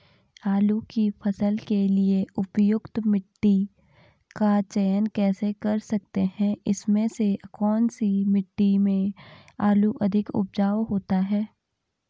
आलू की फसल के लिए उपयुक्त मिट्टी का चयन कैसे कर सकते हैं इसमें से कौन सी मिट्टी में आलू अधिक उपजाऊ होता है?